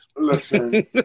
Listen